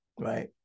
right